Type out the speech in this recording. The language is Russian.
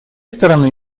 стороны